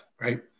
right